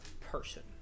Person